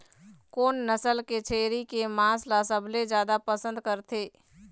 कोन नसल के छेरी के मांस ला सबले जादा पसंद करथे?